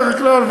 בדרך כלל,